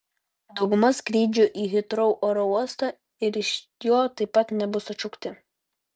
dauguma skrydžių į hitrou oro uostą ir iš jo taip pat nebus atšaukti